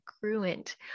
congruent